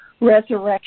resurrection